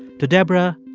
to debra,